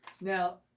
Now